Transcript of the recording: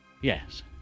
Yes